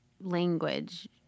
language